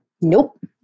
nope